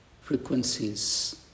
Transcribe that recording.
frequencies